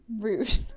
rude